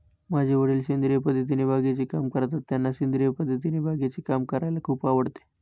माझे वडील सेंद्रिय पद्धतीने बागेचे काम करतात, त्यांना सेंद्रिय पद्धतीने बागेचे काम करायला खूप आवडते